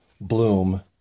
bloom